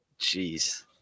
Jeez